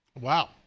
wow